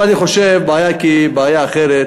אבל אני חושב שיש בעיה אחרת.